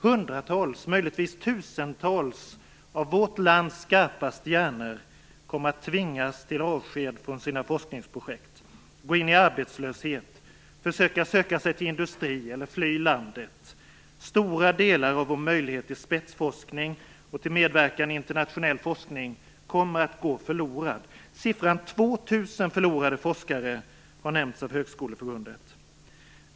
Hundratals, möjligtvis tusentals, av vårt lands skarpaste hjärnor kommer att tvingas till avsked från sina forskningsprojekt, gå in i arbetslöshet, söka sig till industri eller fly landet. Stora delar av vår möjlighet till spetsforskning och till medverkan i internationell forskning kommer att gå förlorad. Siffran 2 000 förlorade forskare har nämnts av Högskoleförbundet.